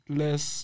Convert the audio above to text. less